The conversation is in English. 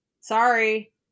sorry